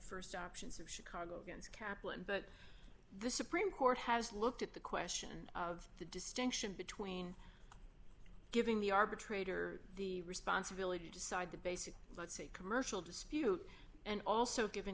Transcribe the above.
st actions of chicago against kaplan but the supreme court has looked at the question of the distinction between giving the arbitrator the responsibility decide the basic let's say commercial dispute and also giv